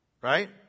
Right